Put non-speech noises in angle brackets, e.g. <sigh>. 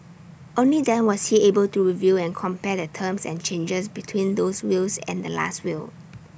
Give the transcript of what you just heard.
only then was he able to review and compare the terms and changes between those wills and the Last Will <noise>